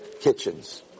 kitchens